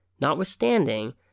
Notwithstanding